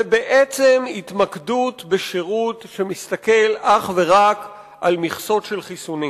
ובעצם להתמקדות בשירות שמסתכל אך ורק על מכסות של חיסונים.